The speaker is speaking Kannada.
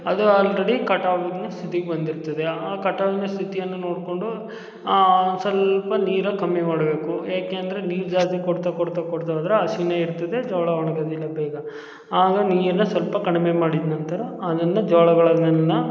ಅದು ಆಲ್ರೆಡಿ ಕಟಾವಿನ ಸ್ಥಿತಿಗೆ ಬಂದಿರ್ತದೆ ಆ ಕಟಾವಿನ ಸ್ಥಿತಿಯನ್ನು ನೋಡಿಕೊಂಡು ಒಂದು ಸ್ವಲ್ಪ ನೀರು ಕಮ್ಮಿ ಮಾಡಬೇಕು ಏಕೆಂದರೆ ನೀರು ಜಾಸ್ತಿ ಕೊಡ್ತಾ ಕೊಡ್ತಾ ಕೊಡ್ತಾ ಹೋದರೆ ಹಸಿಯೇ ಇರ್ತದೆ ಜೋಳ ಒಣ್ಗೋದಿಲ್ಲ ಬೇಗ ಆಗ ನೀರನ್ನ ಸ್ವಲ್ಪ ಕಡಿಮೆ ಮಾಡಿದ ನಂತರ ಅದನ್ನು ಜೋಳಗಳನ್ನೆಲ್ಲ